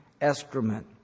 excrement